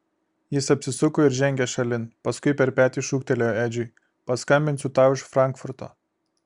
jis apsisuko ir žengė šalin paskui per petį šūktelėjo edžiui paskambinsiu tau iš frankfurto